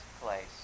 place